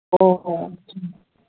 اوہو اچھا